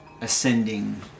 ascending